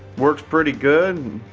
works pretty good.